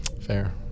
Fair